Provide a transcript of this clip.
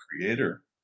Creator